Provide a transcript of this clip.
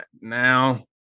now